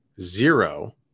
zero